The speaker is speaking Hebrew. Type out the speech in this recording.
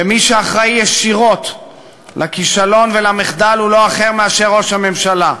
ומי שאחראי ישירות לכישלון ולמחדל הוא לא אחר מאשר ראש הממשלה.